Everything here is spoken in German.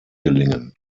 gelingen